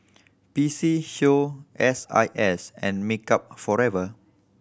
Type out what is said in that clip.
P C Show S I S and Makeup Forever